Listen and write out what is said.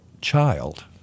child